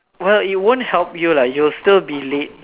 well it won't help you lah you'll still be late